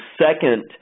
second